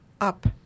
up